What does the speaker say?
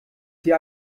sie